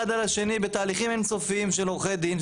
על השני בתהליכים אין סופיים של עורכי דין,